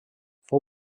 fou